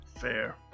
Fair